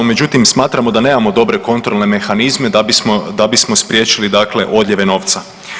Međutim, smatramo da nemamo dobre kontrolne mehanizme da bismo spriječili dakle odljeve novca.